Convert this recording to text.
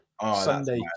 Sunday